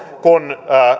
kun